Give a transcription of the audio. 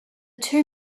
two